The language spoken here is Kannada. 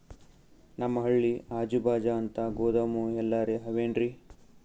ನಮ್ ಹಳ್ಳಿ ಅಜುಬಾಜು ಅಂತ ಗೋದಾಮ ಎಲ್ಲರೆ ಅವೇನ್ರಿ?